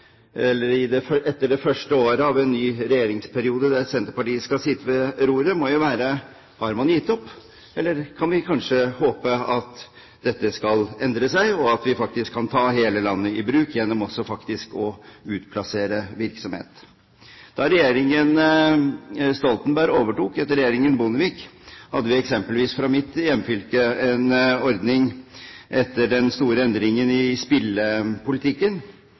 eller kan vi kanskje håpe at dette skal endre seg, at vi kan ta hele landet i bruk ved å utplassere virksomheter? Da regjeringen Stoltenberg overtok etter regjeringen Bondevik, fikk vi eksempelvis i mitt hjemfylke en ordning etter den store endringen i spillpolitikken.